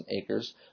acres